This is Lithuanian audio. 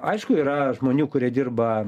aišku yra žmonių kurie dirba